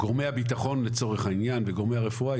גורמי הביטחון וגורמי הרפואה,